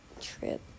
trip